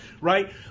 right